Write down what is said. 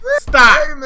stop